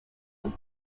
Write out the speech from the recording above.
from